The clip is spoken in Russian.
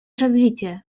развития